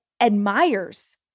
admires